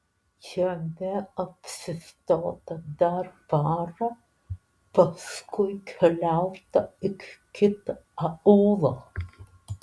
jame apsistota dar parą paskui keliauta iki kito aūlo